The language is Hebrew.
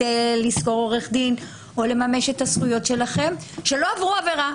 לשכור עורך דין או לממש את הזכויות שלהם ושלא עברו עבירה,